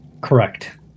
Correct